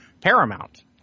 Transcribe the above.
Paramount